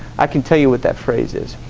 i can tell you with that phrases